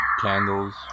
Candles